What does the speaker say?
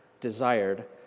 desired